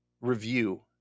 review